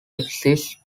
exist